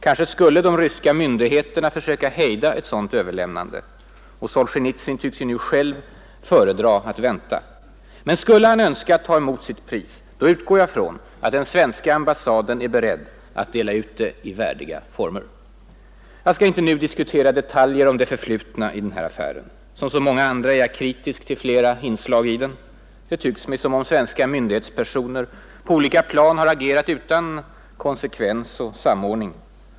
Kanske skulle de ryska myndigheterna försöka hejda ett sådant överlämnande. Solzjenitsyn tycks ju nu själv föredra att vänta. Men skulle han önska ta emot sitt pris utgår jag från att den svenska ambassaden är beredd att dela ut det i värdiga former. Jag skall inte nu diskutera detaljer om det förflutna i den här affären. Som så många andra är jag kritisk till flera inslag i den. Det tycks mig 3 som om svenska myndighetspersoner på olika plan agerat utan konsekvens och samordning.